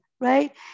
right